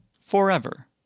forever